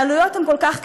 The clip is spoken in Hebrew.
העלויות כל כך קטנות.